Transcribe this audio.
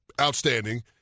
outstanding